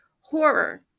horror